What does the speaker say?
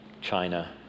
China